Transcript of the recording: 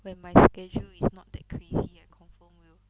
when my schedule is not that crazy I cook for you